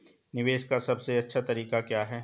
निवेश का सबसे अच्छा तरीका क्या है?